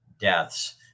deaths